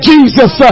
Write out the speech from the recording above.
Jesus